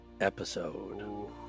episode